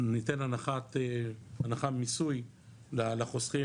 וניתן הנחה במיסוי לחוסכים',